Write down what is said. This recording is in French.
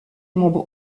membre